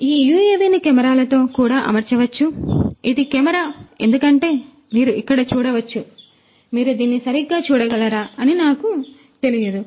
కాబట్టి ఈ యుఎవిని కెమెరాలతో కూడా అమర్చవచ్చు ఇది ఒక కెమెరా ఎందుకంటే మీరు ఇక్కడ చూడవచ్చు ఎందుకంటే మీరు దీన్ని సరిగ్గా చూడగలరా అని నాకు తెలియదు